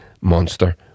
monster